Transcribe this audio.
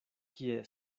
kie